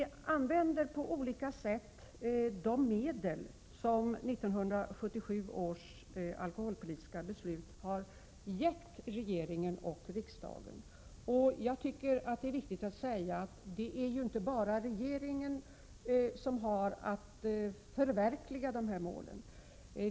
Vi använder på olika sätt de medel som 1977 års alkoholpolitiska beslut har gett regeringen och riksdagen. Det är viktigt att påpeka att det inte bara är regeringen som har att förverkliga dessa mål.